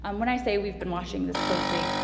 um when i say we've been watching this closely,